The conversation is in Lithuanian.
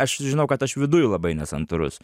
aš žinau kad aš viduj labai nesantūrus